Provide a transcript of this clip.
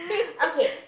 okay